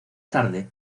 tarde